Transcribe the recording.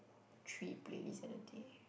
three playlist at a day